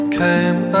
came